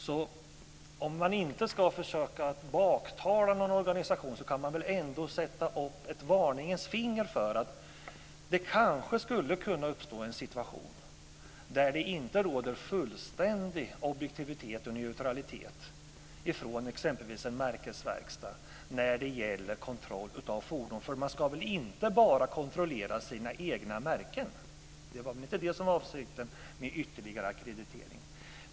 Även om man inte ska försöka baktala någon organisation så kan man sätta upp ett varningens finger för att det kanske skulle kunna uppstå en situation där det inte råder fullständig objektivitet och neutralitet hos exempelvis en märkesverkstad när det gäller kontroll av fordon. För de ska väl inte bara kontrollera sina egna märken? Det var väl inte det som var avsikten med ytterligare ackreditering.